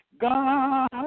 God